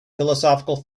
philosophical